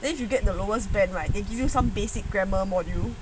then if you get the lowest band right they give you some basic grammar module